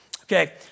okay